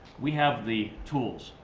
we have the tools.